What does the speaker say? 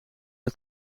het